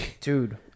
Dude